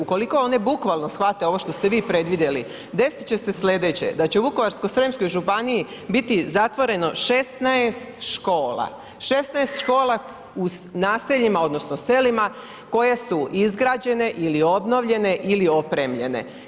Ukoliko one bukvalno shvate ovo što ste vi predvidjeli, desit će se sljedeće da će Vukovarsko-srijemskoj županiji biti zatvoreno 16 škola, 16 škola u naseljima odnosno selima koje su izgrađene ili obnovljene ili opremljene.